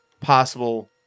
possible